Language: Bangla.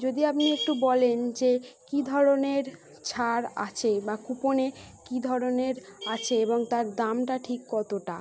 যদি আপনি একটু বলেন যে কী ধরনের ছাড় আছে বা কুপনে কী ধরনের আছে এবং তার দামটা ঠিক কতটা